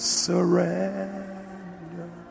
surrender